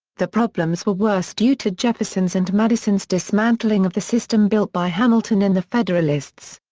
the problems were worse due to jefferson's and madison's dismantling of the system built by hamilton and the federalists.